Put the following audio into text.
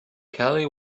kelly